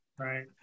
Right